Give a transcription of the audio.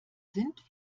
sind